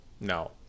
No